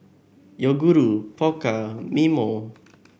Yoguru Pokka and Mimeo